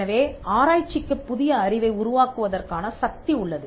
எனவே ஆராய்ச்சிக்குப் புதிய அறிவை உருவாக்குவதற்கான சக்தி உள்ளது